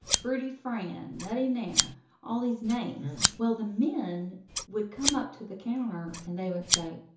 fruity fran, nutty nana all these names. well, the men would come up to the counter, and they would say,